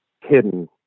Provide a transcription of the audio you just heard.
hidden